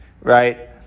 right